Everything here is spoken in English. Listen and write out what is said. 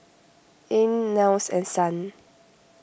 Ean Niles and Son